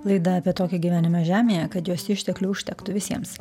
laida apie tokį gyvenimą žemėje kad jos išteklių užtektų visiems